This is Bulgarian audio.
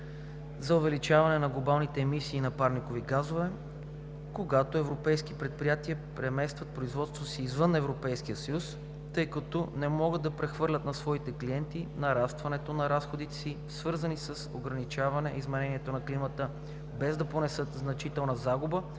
за увеличаване на глобалните емисии на парникови газове, когато европейски предприятия преместват производството си извън ЕС, тъй като не могат да прехвърлят на своите клиенти нарастването на разходите си, свързани с ограничаване изменението на климата, без да понесат значителна загуба